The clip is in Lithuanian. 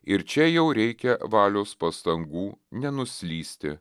ir čia jau reikia valios pastangų nenuslysti